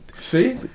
see